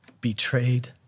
betrayed